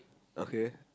okay